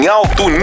alto